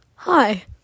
Hi